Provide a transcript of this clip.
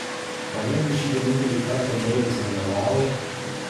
o jeigu šį vienintelį kartą doilis nemelavo